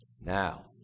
Now